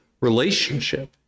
relationship